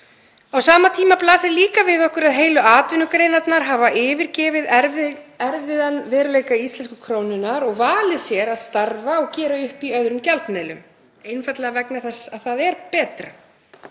Á sama tíma blasir líka við okkur að heilu atvinnugreinarnar hafa yfirgefið erfiðan veruleika íslensku krónunnar og valið sér að starfa og gera upp í öðrum gjaldmiðlum, einfaldlega vegna þess að það er betra,